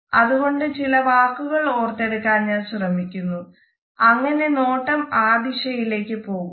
അതുകൊണ്ട് ചില വാക്കുകൾ ഓർത്തെടുക്കാൻ ഞാൻ ശ്രമിക്കുന്നു അങ്ങനെ നോട്ടം ആ ദിശയിലേക്ക് പോകുന്നു